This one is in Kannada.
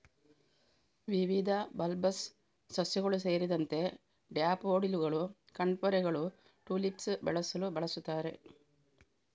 ವಿವಿಧ ಬಲ್ಬಸ್ ಸಸ್ಯಗಳು ಸೇರಿದಂತೆ ಡ್ಯಾಫೋಡಿಲ್ಲುಗಳು, ಕಣ್ಪೊರೆಗಳು, ಟುಲಿಪ್ಸ್ ಬೆಳೆಸಲು ಬಳಸುತ್ತಾರೆ